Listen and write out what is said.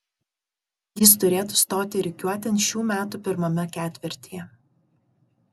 jis turėtų stoti rikiuotėn šių metų pirmame ketvirtyje